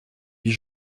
huit